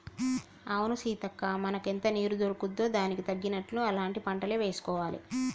అవును సీతక్క మనకెంత నీరు దొరుకుతుందో దానికి తగినట్లు అలాంటి పంటలే వేసుకోవాలి